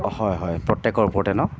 হয় হয় প্ৰত্যেকৰ ওপৰতে ন